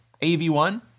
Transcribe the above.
AV1